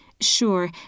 Sure